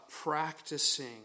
practicing